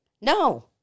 No